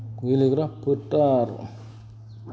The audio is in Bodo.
गेलेग्रा फोथार